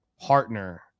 partner